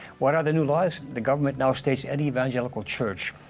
what are the new laws? the government now states any evangelical church,